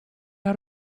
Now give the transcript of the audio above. out